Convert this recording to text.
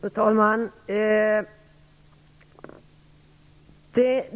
Fru talman!